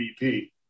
MVP